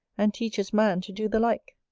and teaches man to do the like!